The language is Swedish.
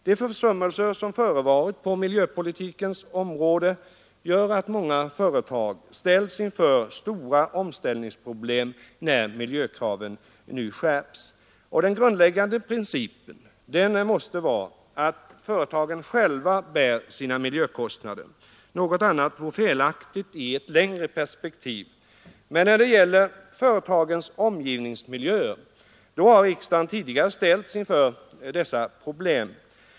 De försummelser som förevarit på miljöpolitikens område gör att många företag ställs inför stora omställningsproblem när miljökraven skärps. Den grundläggande principen måste vara att företagen själva bär sina miljökostnader — något annat vore felaktigt i ett längre perspektiv. Riksdagen har tidigare ställts inför detta problem, nämligen då det gällt företagens omgivningsmiljöer.